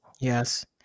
Yes